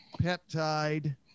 peptide